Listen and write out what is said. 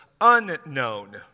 unknown